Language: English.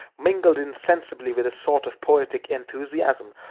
mingled insensibly with a sort of poetic enthusiasm,